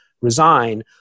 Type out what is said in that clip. resign